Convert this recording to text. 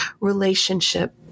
relationship